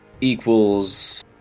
equals